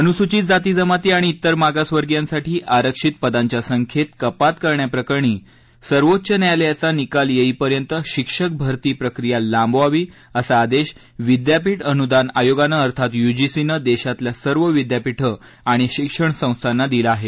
अनुसूचित जाती जामाती आणि इतर मागासवर्गियांसाठी आरक्षित पदांच्या संख्येत कपात करण्याप्रकरणी सर्वोच्च न्यायालयाचा निकाल येईपर्यंत शिक्षक भरती प्रक्रिया लांबवावी असा आदेश केंद्रीय विद्यापीठ अनुदान आयोगानं अर्थात यूजीसीनं देशातल्या सर्व विद्यापिठे आणि उच्च शिक्षण संस्थांना दिला आहे